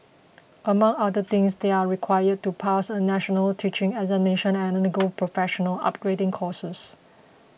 among other things they are required to pass a national teaching examination and undergo professional upgrading courses